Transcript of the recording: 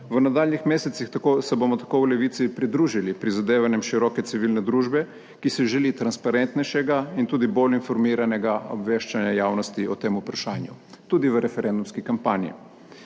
V nadaljnjih mesecih se bomo tako v Levici pridružili prizadevanjem široke civilne družbe, ki si želi transparentnejšega in tudi bolj informiranega obveščanja javnosti o tem vprašanju, tudi v referendumski kampanji.